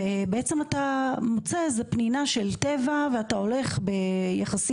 ובעצם אתה מוצא איזו פנינה של טבע ואתה הולך יחסית